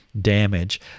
Damage